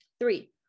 three